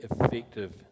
effective